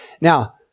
Now